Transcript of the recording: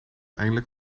eindelijk